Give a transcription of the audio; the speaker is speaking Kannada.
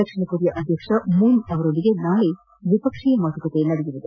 ದಕ್ಷಿಣ ಕೊರಿಯಾ ಅಧ್ಯಕ್ಷ ಮೂನ್ ಅವರೊಂದಿಗೆ ನಾಳೆ ದ್ವಿಪಕ್ಷೀಯ ಮಾತುಕತೆ ನಡೆಯಲಿದೆ